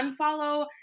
unfollow